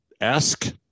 ask